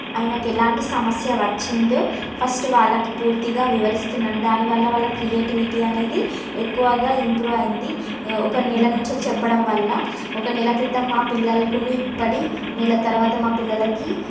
ఆయనకి ఎలాంటి సమస్య వచ్చిందో ఫస్ట్ వాళ్ళకు పూర్తిగా వివరిస్తున్నాను దాని వల్ల వాళ్ళ క్రియేటివిటీ అనేది ఎక్కువగా ఇంప్రూ అయింది ఒక నెల నుంచి అలా చెప్పడం వల్ల ఒక నెల క్రితం మా పిల్లలకు ఉన్న ఇప్పుడు నెల తర్వాత మా పిల్లలకి